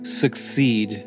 succeed